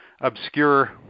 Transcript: obscure